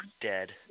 Dead